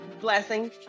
blessing